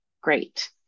great